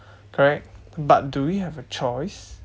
correct but do we have a choice